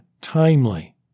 timely